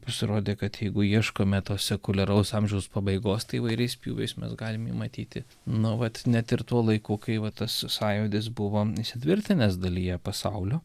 pasirodė kad jeigu ieškome to sekuliaraus amžiaus pabaigos tai įvairiais pjūviais mes galim jį matyti nu vat net ir tuo laiku kai va tas sąjūdis buvo įsitvirtinęs dalyje pasaulio